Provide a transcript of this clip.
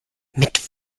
mit